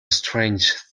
strange